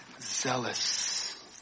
zealous